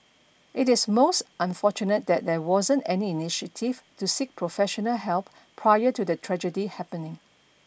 it is most unfortunate that there wasn't any initiative to seek professional help prior to the tragedy happening